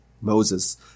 Moses